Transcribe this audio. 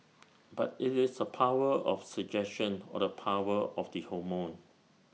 but IT is the power of suggestion or the power of the hormone